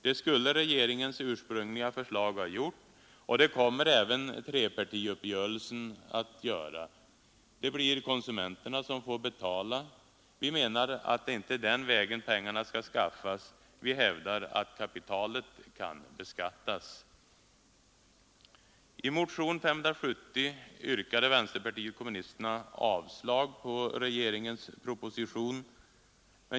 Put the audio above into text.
Det skulle regeringens ursprungliga förslag ha gjort och det kommer även trepartiuppgörelsen att göra. Det blir konsumenterna som får betala. Vi menar att det inte är den vägen pengarna skall skaffas. Vi hävdar att kapitalet kan beskattas. I motionen 570 yrkade vänsterpartiet kommunisterna avslag på regeringens proposition.